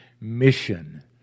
mission